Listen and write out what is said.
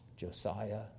Josiah